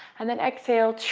and then exhale.